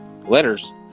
Letters